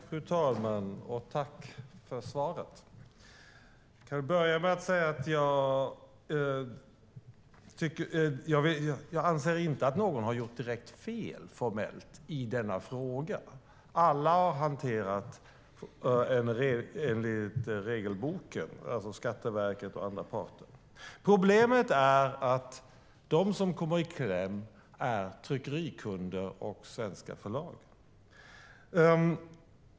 Fru talman! Tack för svaret, finansministern! Jag kan börja med att säga att jag inte anser att någon formellt har gjort direkt fel i denna fråga. Alla, både Skatteverket och andra parter, har hanterat den enligt regelboken. Problemet är att de som kommer i kläm är tryckerikunder och svenska förlag.